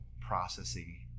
processing